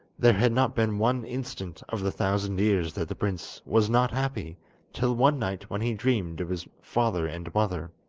there had not been one instant of the thousand years that the prince was not happy till one night when he dreamed of his father and mother.